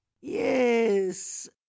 Yes